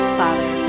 father